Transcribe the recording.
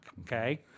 okay